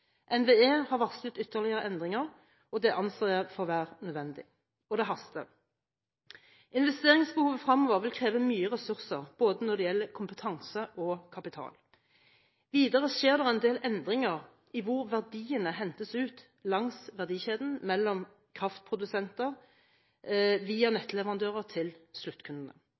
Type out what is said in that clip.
NVE har varslet ytterligere endringer, og det anser jeg for å være nødvendig. Og det haster. Investeringsbehovet fremover vil kreve mye ressurser, når det gjelder både kompetanse og kapital. Videre skjer det en del endringer i hvor verdiene hentes ut langs verdikjeden mellom kraftprodusenter via nettleverandører til